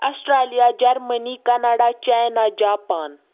Australia Germany Canada China Japan